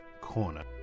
Corner